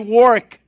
work